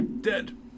Dead